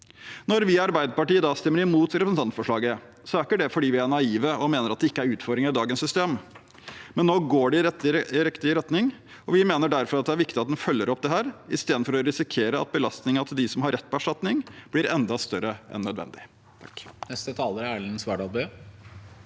Når vi i Arbeiderpartiet stemmer imot representantforslaget, er ikke det fordi vi er naive og mener at det ikke er utfordringer i dagens system, men nå går det i riktig retning, og vi mener derfor at det er viktig at en følger opp dette, istedenfor å risikere at belastningen for dem som har rett på erstatning, blir enda større enn nødvendig.